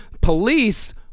police